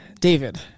David